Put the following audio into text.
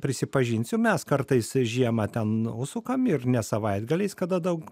prisipažinsiu mes kartais žiemą ten užsukam ir ne savaitgaliais kada daug